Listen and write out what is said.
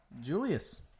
Julius